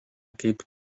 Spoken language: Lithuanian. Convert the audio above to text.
kaip